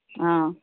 हां